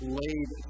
laid